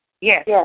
Yes